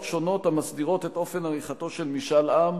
השונות המסדירות את אופן עריכתו של משאל עם.